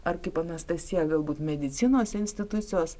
ar kaip anastasija galbūt medicinos institucijos